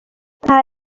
nta